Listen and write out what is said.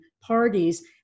parties